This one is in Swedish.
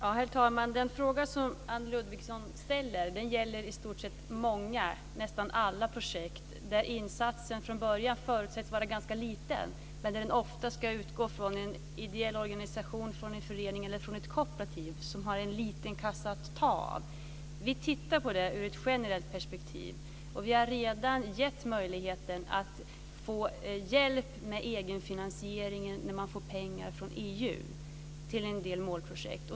Herr talman! Den fråga som Anne Ludvigsson ställer gäller många, nästan alla, projekt där insatsen från början förutsätts vara ganska liten, men den ska ofta utgå från en ideell organisation, från en förening eller ett kooperativ som har en liten kassa att ta av. Vi tittar på detta ur ett generellt perspektiv, och vi har redan gett möjlighet till hjälp med egenfinansieringen när man får pengar från EU till en del målprojekt.